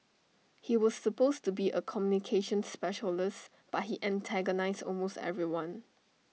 he was supposed to be A communications specialist but he antagonised almost everyone